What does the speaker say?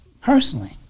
personally